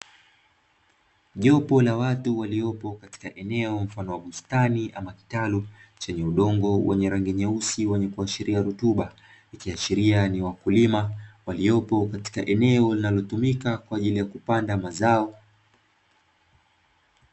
Jopo la watu waliopo katika eneo mfano wa bustani ama kitalu, chenye udongo wenye rangi nyeusi wenye kuashiria rutuba. Ikiashiria ni wakulima waliopo katika eneo linalotumika kwa ajili ya kupanda mazao.